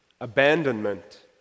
abandonment